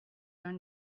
own